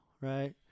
right